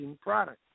products